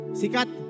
sikat